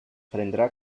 prendrà